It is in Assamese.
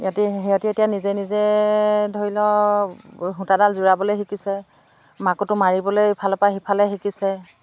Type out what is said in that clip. সিহঁতি সিহঁতি এতিয়া নিজে নিজে ধৰি ল সূতাডাল যোৰাবলৈ শিকিছে মাকতো মাৰিবলৈ ইফালৰ পৰা সিফালে শিকিছে